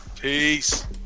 peace